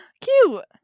cute